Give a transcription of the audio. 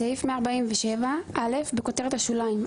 בסעיף 147 - בכותרת השוליים,